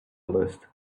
list